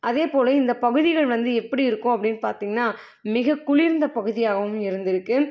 அதே போல் இந்த பகுதிகள் வந்து எப்படி இருக்கும் அப்படின்னு பார்த்தீங்கன்னா மிக குளிர்ந்த பகுதியாகவும் இருந்துருக்குது